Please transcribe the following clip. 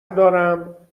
دارم